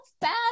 fast